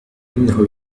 إنه